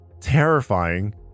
terrifying